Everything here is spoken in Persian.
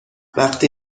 وقتی